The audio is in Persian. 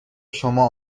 شما